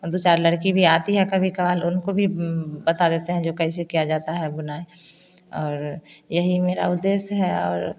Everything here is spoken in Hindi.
और दो चार लड़की भी आती है कभी कभार उनको भी बता देते हैं जो कैसे किया जाता है बुनाई और यही मेरा उदेश्य है और